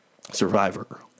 Survivor